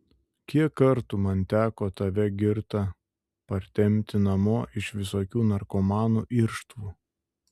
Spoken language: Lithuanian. kiek kartų man teko tave girtą partempti namo iš visokių narkomanų irštvų